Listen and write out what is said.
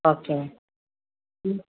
okay